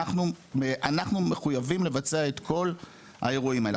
אנחנו מחויבים לבצע את כל האירועים האלה.